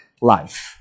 life